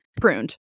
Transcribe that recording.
pruned